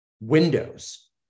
Windows